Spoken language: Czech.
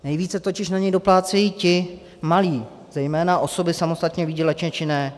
Nejvíce totiž na něj doplácejí ti malí, zejména osoby samostatně výdělečně činné.